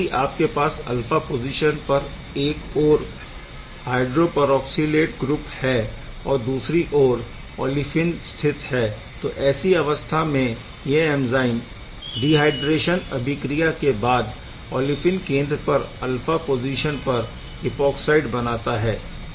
यदि आपके पास अल्फा पोज़ीशन पर एक ओर हाइड्रौपरऑक्सिलेट ग्रुप है और दूसरी ओर औलिफ़िन स्थित है तो ऐसी अवस्था में यह ऐंज़ाइम डीहाइड्रेशन अभिक्रिया के बाद औलिफ़िन केंद्र के अल्फा पोज़ीशन पर इपौक्साइड बनाता है